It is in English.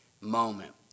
moment